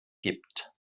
gibt